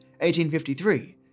1853